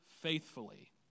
faithfully